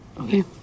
Okay